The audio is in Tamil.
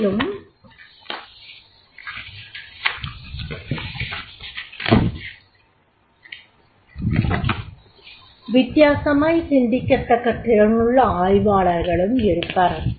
மேலும் வித்தியாசமாய் சிந்திக்கத்தக்க திறனுள்ள ஆய்வாளர்களும் இருப்பர்